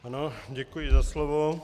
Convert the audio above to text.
Ano, děkuji za slovo.